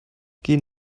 gehen